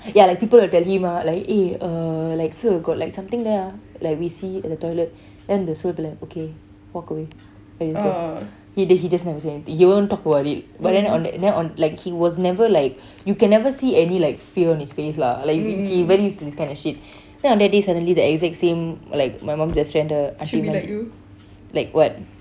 ya like people will tell him ah like eh uh like sir got like something there ah like we see at the toilet then the sir will be like okay walk away he did he just never say anything he won't talk about it but then on that then on like he was never like you can never see any like fear on his face lah like he very used to this kind of shit then on that day suddenly like the exact same like my mom best friend the aunty manjeet like what